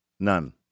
none